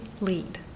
lead